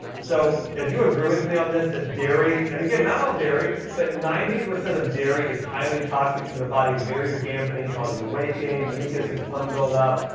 so if you agree with me on this that dairy and again, not all dairy, but ninety percent of dairy is highly toxic to the body, body, very dampening causing weight gain, mucus, and phlegm buildup,